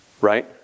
right